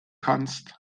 kannst